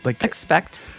expect